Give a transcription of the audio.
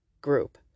group